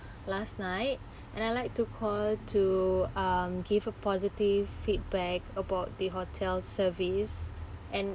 last night and I like to call to um gave a positive feedback about the hotel service and